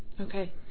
Okay